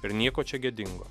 ir nieko čia gėdingo